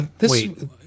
Wait